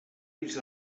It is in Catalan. pis